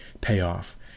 payoff